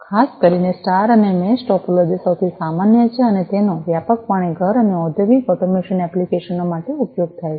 ખાસ કરીને સ્ટાર અને મેશ ટોપોલોજીસ સૌથી સામાન્ય છે અને તેનો વ્યાપકપણે ઘર અને ઔદ્યોગિક ઓટોમેશન એપ્લિકેશન માટે ઉપયોગ થાય છે